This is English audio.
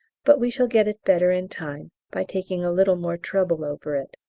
but we shall get it better in time, by taking a little more trouble over it.